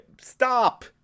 stop